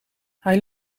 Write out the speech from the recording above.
hij